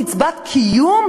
קצבת קיום,